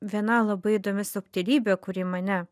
viena labai įdomi subtilybė kuri mane